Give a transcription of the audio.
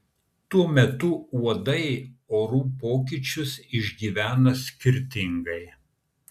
tuo metu uodai orų pokyčius išgyvena skirtingai